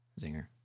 Zinger